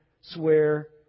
swear